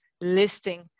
listing